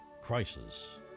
crisis